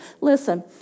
Listen